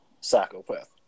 psychopath